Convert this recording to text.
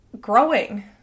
growing